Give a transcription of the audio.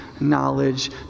knowledge